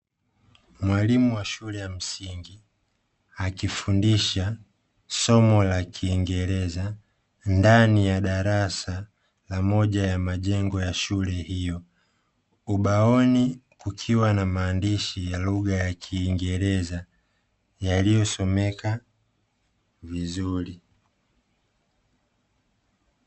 Mwalimu wa shule ya msingi akifundisha somo la kingereza ndani ya darasa na moja ya majengo ya shule hiyo. Ubaoni kukiwa na maandishi ya lugha ya kingereza yaliyosomeka vizuri.